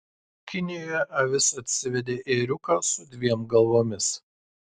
kinijoje avis atsivedė ėriuką su dviem galvomis